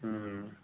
ওম